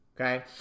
okay